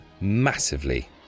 massively